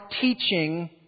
teaching